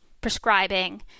prescribing